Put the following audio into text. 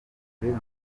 mbega